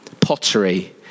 Pottery